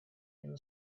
been